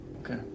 Okay